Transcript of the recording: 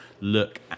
look